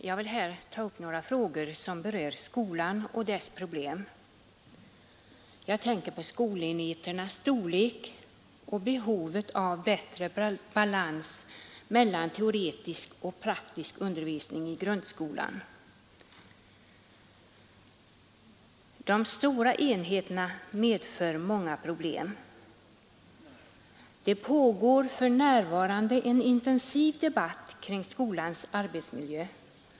Fru talman! Jag vill ta upp några frågor som berör skolan och dess problem. Jag tänker på skolenheternas storlek och på behovet av bättre balans mellan teoretisk och praktisk undervisning i grundskolan. De stora enheterna medför många problem. Det pågår för närvarande en intensiv debatt kring skolans arbetsmiljö.